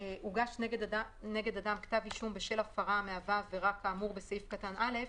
הוגש נגד אדם כתב אישום בשל הפרה המהווה עבירה כאמור בסעיף קטן (א),